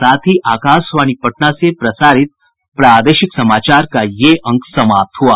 इसके साथ ही आकाशवाणी पटना से प्रसारित प्रादेशिक समाचार का ये अंक समाप्त हुआ